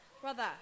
Brother